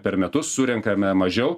per metus surenkame mažiau